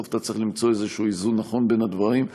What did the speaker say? בסוף אתה צריך למצוא איזה איזון נכון בין הדברים.